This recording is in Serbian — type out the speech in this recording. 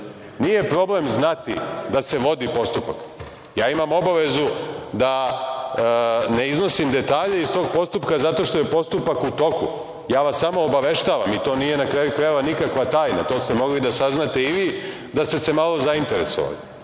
Nije problem znati da se vodi postupak. Ja imam obavezu da ne iznosim detalje iz tog postupka zato što je postupak u toku. Ja vas samo obaveštavam i to nije, na kraju krajeva, nikakva tajna. To ste mogli da saznate i vi da ste se malo zainteresovali,